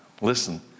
Listen